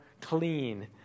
clean